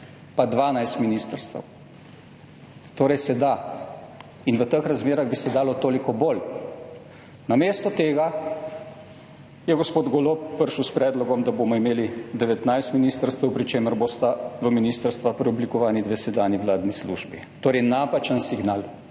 pa 12 ministrstev, torej se da in v teh razmerah bi se dalo toliko bolj – namesto tega je gospod Golob prišel s predlogom, da bomo imeli 19 ministrstev, pri čemer bosta v ministrstvi preoblikovani dve sedanji vladni službi. Torej napačen signal.